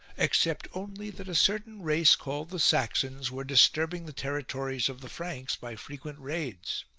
except only that a certain race called the saxons were disturbing the territories of the franks by frequent raids.